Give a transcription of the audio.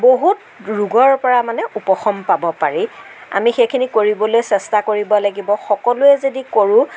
বহুত ৰোগৰ পৰা মানে উপশম পাব পাৰি আমি সেইখিনি কৰিবলৈ চেষ্টা কৰিব লাগিব সকলোৱে যদি কৰোঁ